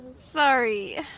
Sorry